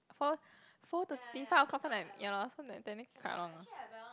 four four thirty five o-clock cause I'm ya lor so like technically quite long ah